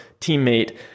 teammate